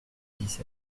dix